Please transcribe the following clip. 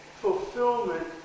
fulfillment